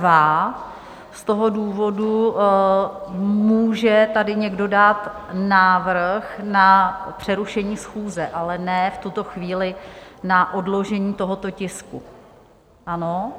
Z toho důvodu může tady někdo dát návrh na přerušení schůze, ale ne v tuto chvíli na odložení tohoto tisku, ano?